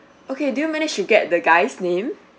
okay did you manage to get the guy's name